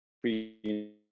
free